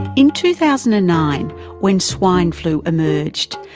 in two thousand and nine when swine flu emerged,